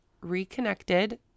reconnected